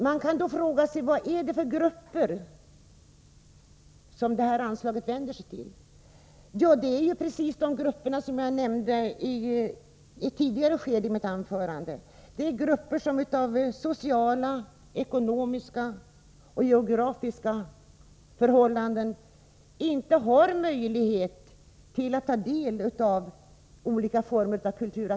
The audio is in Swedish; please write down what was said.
Man kan fråga sig vilka grupper anslaget är avsett för. Ja, det är just de grupper som jag nämnt tidigare i mitt anförande. Det är grupper som av sociala, ekonomiska eller geografiska skäl inte har möjlighet att delta i olika kulturaktiviteter.